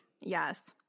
Yes